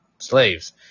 slaves